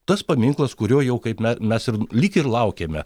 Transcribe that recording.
tas paminklas kurio jau kaip me mes ir lyg ir laukėme